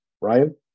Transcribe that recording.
Ryan